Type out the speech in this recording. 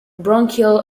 bronchial